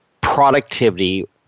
productivity